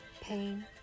Pain